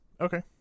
Okay